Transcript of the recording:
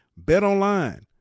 BetOnline